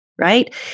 right